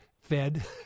fed